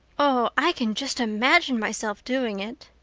oh, i can just imagine myself doing it.